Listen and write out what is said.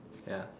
ya